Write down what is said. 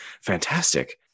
Fantastic